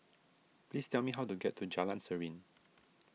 please tell me how to get to Jalan Serene